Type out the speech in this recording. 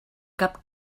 cap